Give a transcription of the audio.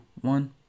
one